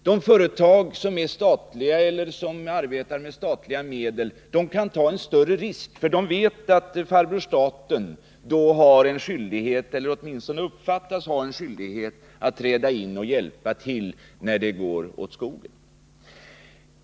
De företag som är statliga eller som arbetar med statliga medel kan ta en större risk, därför att de vet att ”farbror staten” har en skyldighet, eller åtminstone uppfattas ha en skyldighet, att träda in och hjälpa till när det går illa.